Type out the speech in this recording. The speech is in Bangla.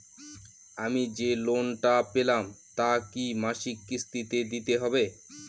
আমি যে লোন টা পেলাম তা কি মাসিক কিস্তি তে দিতে হবে?